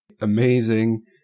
amazing